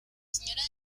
señora